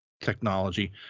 technology